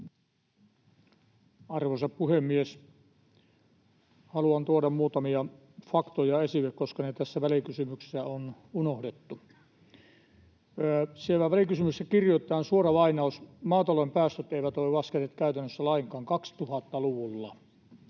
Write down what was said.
Arvoisa puhemies! Haluan tuoda muutamia faktoja esille, koska ne tässä välikysymyksessä on unohdettu. Siellä välikysymyksessä kirjoitetaan, suora lainaus: ”Maatalouden päästöt eivät ole laskeneet käytännössä lainkaan 2000-luvulla.”